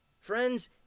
Friends